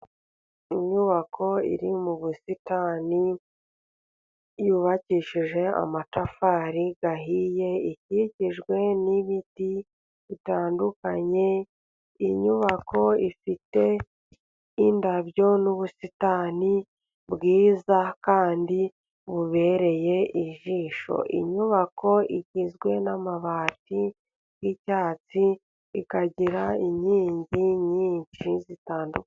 Inyubako iri mu busitani yubakishije amatafari ahiye ikikijwe n'ibiti bitandukanye, inyubako ifite indabyo n'ubusitani bwiza kandi bubereye ijisho. Imyubako igizwe n'amabati y'icyatsi ikagira inkingi nyinshi zitandukanye.